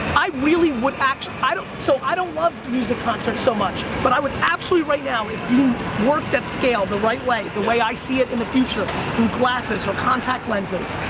i really would actually, i don't, so, i don't love music concerts so much, but i would absolutely right now, if beme worked at scale the right way, the way i see it in the future, through glasses or contact lenses,